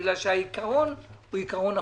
בגלל שהעיקרון נכון.